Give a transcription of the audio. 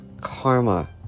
Karma